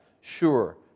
sure